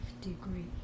degree